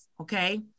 okay